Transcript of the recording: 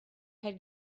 had